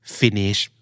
finish